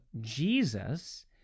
Jesus